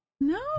No